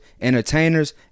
entertainers